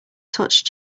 touched